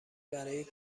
برای